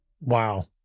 Wow